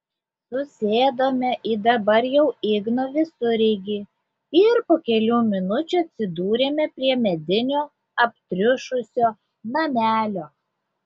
susėdome į dabar jau igno visureigį ir po kelių minučių atsidūrėme prie medinio aptriušusio namelio